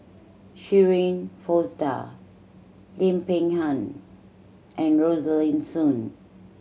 Shirin Fozdar Lim Peng Han and Rosaline Soon